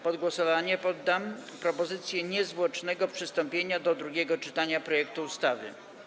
Pod głosowanie poddam propozycję niezwłocznego przystąpienia do drugiego czytania projektu ustawy.